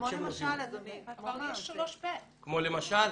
כמו למשל אדוני --- 3(ב) --- כמו למשל?